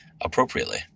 appropriately